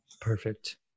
Perfect